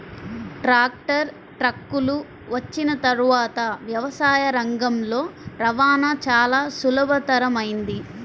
tractor, ట్రక్కులు వచ్చిన తర్వాత వ్యవసాయ రంగంలో రవాణా చాల సులభతరమైంది